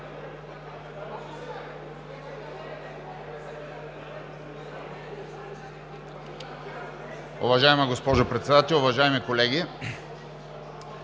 Уважаема госпожо Председател, уважаеми колеги!